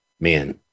man